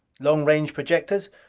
long range projectors?